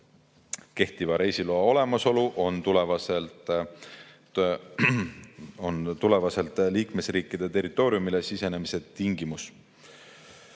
Kehtiva reisiloa olemasolu on tulevikus liikmesriikide territooriumile sisenemise tingimus.